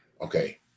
Okay